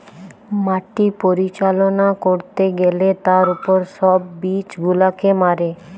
মাটি পরিচালনা করতে গ্যালে তার উপর সব জীব গুলাকে মারে